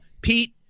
Pete